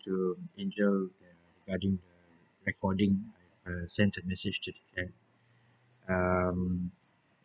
to recording uh sent a message to the app um